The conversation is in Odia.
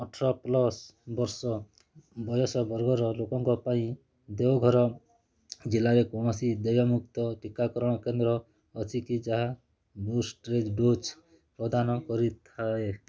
ଅଠର ପ୍ଲସ୍ ବର୍ଷ ବୟସ ବର୍ଗର ଲୋକଙ୍କ ପାଇଁ ଦେଓଗଡ଼୍ ଜିଲ୍ଲାରେ କୌଣସି ଦେୟମୁକ୍ତ ଟୀକାକରଣ କେନ୍ଦ୍ର ଅଛି କି ଯାହା ବୁଷ୍ଟର୍ ଡ଼ୋଜ୍ ପ୍ରଦାନ କରିଥାଏ